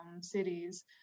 cities